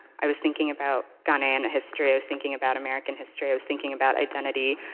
i was thinking about ghanaian history, i was thinking about american history, i was thinking about identity.